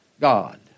God